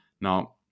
Now